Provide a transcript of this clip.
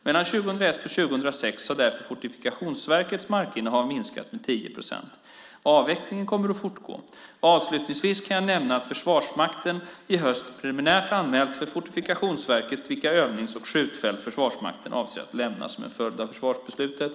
Mellan 2001 och 2006 har därför Fortifikationsverkets markinnehav minskat med 10 procent. Avvecklingen kommer att fortgå. Avslutningsvis kan jag nämna att Försvarsmakten i höst preliminärt anmält för Fortifikationsverket vilka övnings och skjutfält Försvarsmakten avser att lämna som en följd av försvarsbeslutet.